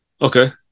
Okay